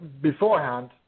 beforehand